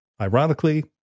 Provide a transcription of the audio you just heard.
Ironically